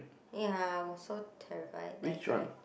ya also terrify that correct